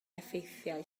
effeithiau